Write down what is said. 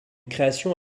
création